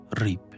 reap